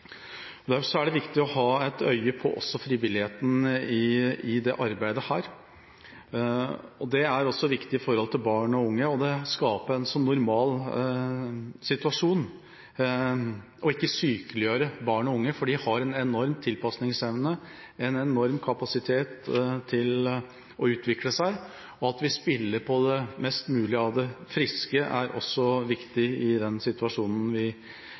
er det også viktig å ha et øye på frivilligheten i dette arbeidet. Det er også viktig med hensyn til barn og unge å skape en normal situasjon og ikke sykeliggjøre dem, for de har en enorm tilpasningsevne, en enorm kapasitet til å utvikle seg, og det at vi spiller på mest mulig av det friske, er også viktig i den situasjonen vi